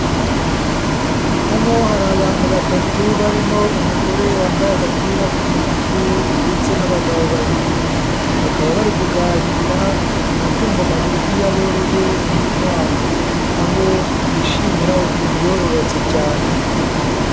Hano hari abantu batatu barimo umugore wambaye agapira k'umutuku ndetse n'abagabo babiri, bakaba bari kuganira ku matungo magufiya boroye y'inkwavu, aho bishimira ukuntu yororotse cyane.